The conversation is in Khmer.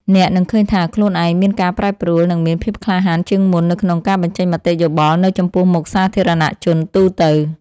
អ្នកនឹងឃើញថាខ្លួនឯងមានការប្រែប្រួល និងមានភាពក្លាហានជាងមុននៅក្នុងការបញ្ចេញមតិយោបល់នៅចំពោះមុខសាធារណជនទូទៅ។